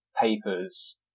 papers